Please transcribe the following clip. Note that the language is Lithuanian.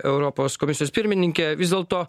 europos komisijos pirmininke vis dėlto